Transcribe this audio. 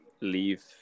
leave